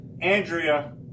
Andrea